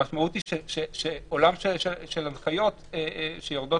המשמעות היא שעולם של הנחיות שיורדות